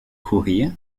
courir